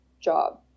job